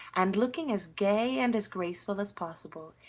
and, looking as gay and as graceful as possible,